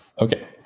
Okay